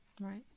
Right